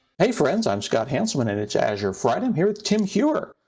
hey, friends. i'm scott hanselman and it's azure friday. i'm here with tim heuer.